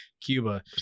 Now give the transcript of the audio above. Cuba